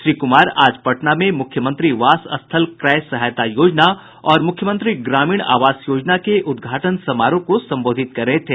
श्री कुमार आज पटना में मुख्यमंत्री वास स्थल क्रय सहायता योजना और मुख्यमंत्री ग्रामीण आवास योजना के उद्घाटन समारोह को संबोधित कर रहे थे